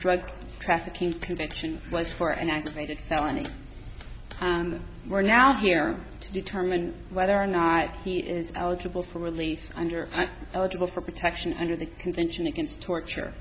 drug trafficking conviction was for an aggravated felony and we're now here to determine whether or not he is eligible for release under i'm eligible for protection under the convention against torture